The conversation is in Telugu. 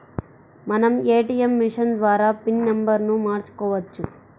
మనం ఏటీయం మిషన్ ద్వారా పిన్ నెంబర్ను మార్చుకోవచ్చు